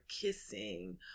kissing